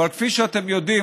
אבל כפי שאתם יודעים,